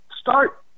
start